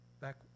Back